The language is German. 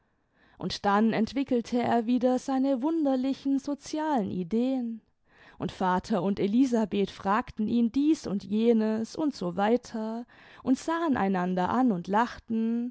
und dann entwickelte er wieder seine wunderlichen sozialen ideen und vater und elisabeth fragten ihn dies und jenes und so weiter und sahen einander an und lachten